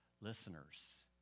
listeners